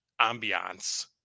ambiance